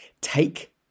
take